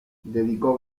dedicó